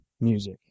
music